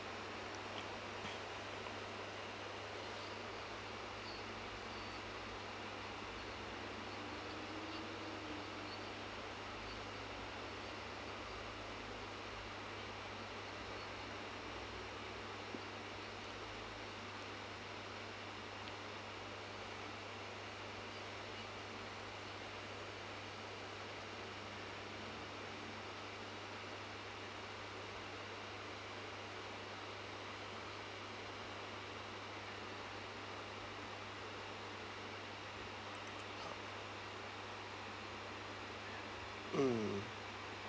mm